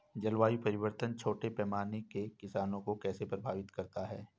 जलवायु परिवर्तन छोटे पैमाने के किसानों को कैसे प्रभावित करता है?